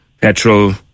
Petrol